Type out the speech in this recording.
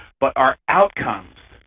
but our outcomes,